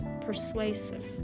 Persuasive